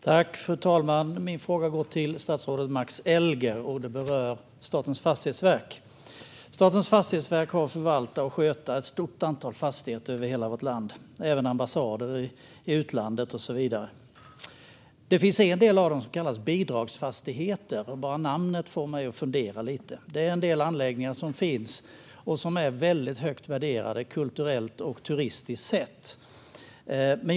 Fru talman! Min fråga går till statsrådet Max Elger och rör Statens fastighetsverk. Statens fastighetsverk har att förvalta och sköta ett stort antal fastigheter över hela vårt land samt även ambassader i utlandet och så vidare. En del av dem kallas bidragsfastigheter. Bara namnet får mig att fundera lite. Det är anläggningar som är väldigt högt värderade kulturellt och turistiskt sett.